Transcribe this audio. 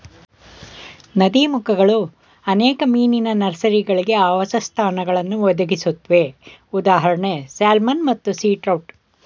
ನದೀಮುಖಗಳು ಅನೇಕ ಮೀನಿನ ನರ್ಸರಿಗಳಿಗೆ ಆವಾಸಸ್ಥಾನಗಳನ್ನು ಒದಗಿಸುತ್ವೆ ಉದಾ ಸ್ಯಾಲ್ಮನ್ ಮತ್ತು ಸೀ ಟ್ರೌಟ್